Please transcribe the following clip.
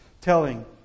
telling